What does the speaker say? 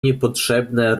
niepotrzebne